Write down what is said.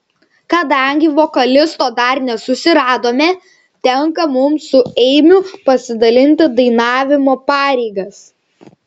kadangi vokalisto dar nesusiradome tenka mums su eimiu pasidalinti dainavimo pareigas